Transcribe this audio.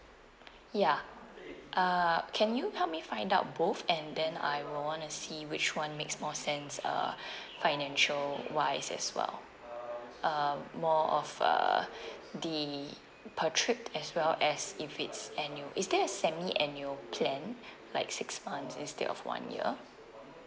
ya uh can you help me find out both and then I will want to see which one makes more sense uh financial wise as well um more of uh the per trip as well as if it's annual is there a semi annual plan like six months instead of one year